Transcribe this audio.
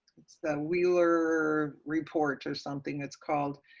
the wheeler report, or something it's called,